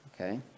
okay